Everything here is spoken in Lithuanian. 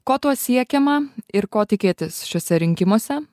ko tuo siekiama ir ko tikėtis šiuose rinkimuose